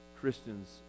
Christians